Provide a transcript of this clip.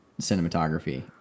cinematography